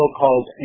so-called